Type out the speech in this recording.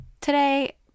Today